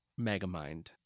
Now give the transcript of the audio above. Megamind